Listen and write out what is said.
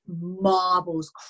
marbles